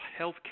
healthcare